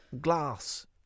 glass